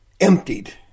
emptied